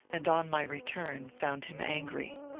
and on my return found him angry.